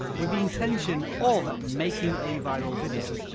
with the intention of making a viral video.